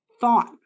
thought